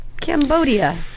Cambodia